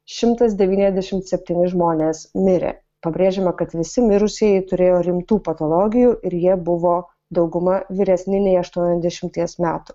šimtas devyniasdešimt septyni žmonės mirė pabrėžiama kad visi mirusieji turėjo rimtų patologijų ir jie buvo dauguma vyresni nei aštuoniasdešimties metų